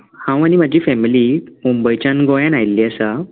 हांव आनी म्हजी फेमिली मुंबयच्यान गोंयांत आयिल्ली आसा